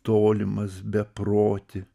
tolimas beproti